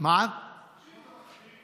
למה אין שמות של חברי